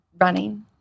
running